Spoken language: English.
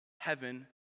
heaven